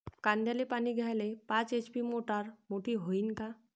कांद्याले पानी द्याले पाच एच.पी ची मोटार मोटी व्हईन का?